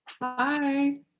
Hi